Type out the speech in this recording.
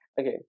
Okay